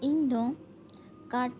ᱤᱧ ᱫᱚ ᱠᱟᱴ